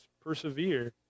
persevere